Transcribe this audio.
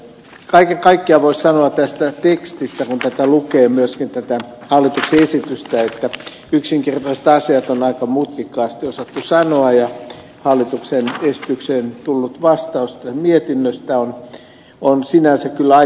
kaiken kaikkiaan voisi sanoa tästä tekstistä kun lukee tätä hallituksen esitystä että yksinkertaiset asiat on aika mutkikkaasti osattu sanoa ja hallituksen esityksestä tehty mietintö on sinänsä kyllä aika lyhyt kun katsoo sitä